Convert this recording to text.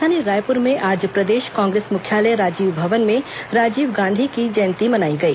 राजधानी रायपुर में आज प्रदेश कांग्रेस मुख्यालय राजीव भवन में राजीव गांधी की जयंती मनाई गई